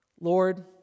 Lord